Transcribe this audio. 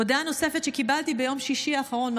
הודעה נוספת שקיבלתי ביום שישי האחרון,